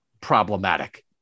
problematic